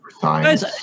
science